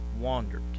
wandered